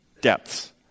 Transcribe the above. depths